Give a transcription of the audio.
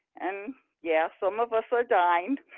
and yes, some of us were dying.